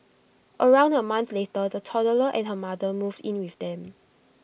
around A month later the toddler and her mother moved in with them